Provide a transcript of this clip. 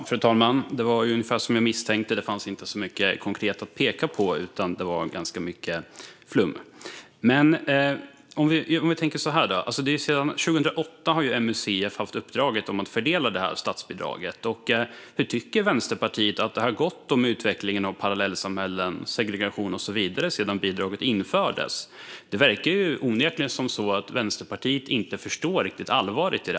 Fru talman! Det var ungefär som jag misstänkte. Det fanns inte så mycket konkret att peka på, utan det var ganska mycket flum. Vi kan tänka så här. Sedan 2008 har MUCF haft uppdraget att fördela statsbidraget. Hur tycker Vänsterpartiet att det har gått med utvecklingen av parallellsamhällen, segregation och så vidare sedan bidraget infördes? Det verkar onekligen vara så att Vänsterpartiet inte riktigt förstår allvaret.